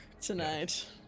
tonight